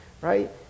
right